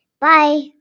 Bye